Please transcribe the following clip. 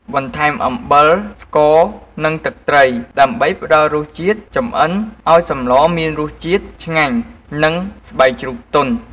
បន្ថែមអំបិល ស្ករ និងទឹកត្រី ដើម្បីផ្តល់រសជាតិ ចម្អិនឱ្យសម្លមានរសជាតិឆ្ងាញ់ និងស្បែកជ្រូកទន់។